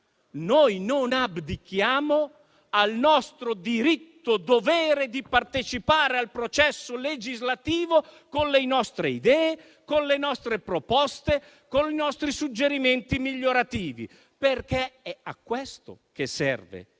ma non abdichiamo al nostro diritto-dovere di partecipare al processo legislativo con le nostre idee, con le nostre proposte e con i nostri suggerimenti migliorativi, perché è a questo che serve